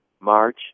March